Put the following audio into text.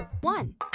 one